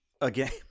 again